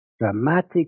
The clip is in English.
dramatic